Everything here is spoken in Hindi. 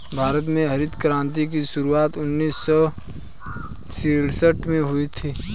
भारत में हरित क्रान्ति की शुरुआत उन्नीस सौ छियासठ में हुई थी